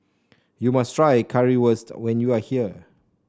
you must try Currywurst when you are here